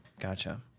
Gotcha